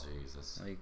Jesus